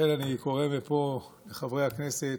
לכן אני קורא מפה לחברי הכנסת: